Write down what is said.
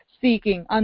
seeking